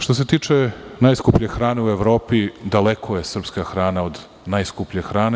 Što se tiče najskuplje hrane u Evropi, daleko je srpska hrana od najskuplje hrane.